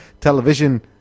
television